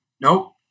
Nope